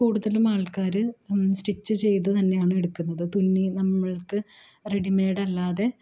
കൂടുതലും ആൾക്കാർ സ്റ്റിച്ച് ചെയ്ത് തന്നെയാണ് എടുക്കുന്നത് തുന്നി നമ്മൾക്ക് റെഡിമെയ്ഡാല്ലാതെ